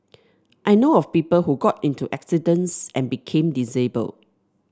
I know of people who got into accidents and became disabled